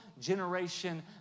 generation